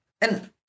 and-